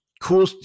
Cool